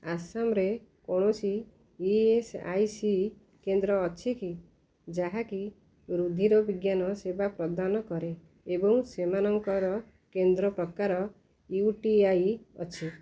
ଆସାମରେ କୌଣସି E S I C କେନ୍ଦ୍ର ଅଛି କି ଯାହାକି ରୁଧିର ବିଜ୍ଞାନ ସେବା ପ୍ରଦାନ କରେ ଏବଂ ସେମାନଙ୍କର କେନ୍ଦ୍ର ପ୍ରକାର ୟୁ ଟି ଆଇ ଅଛି